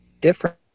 different